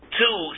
two